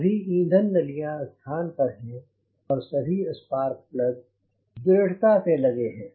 सभी ईंधन नलियां स्थान पर हैं और सभी स्पार्क प्लग्स दृढ़ता से लगे हैं